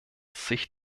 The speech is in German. sich